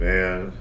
Man